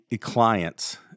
clients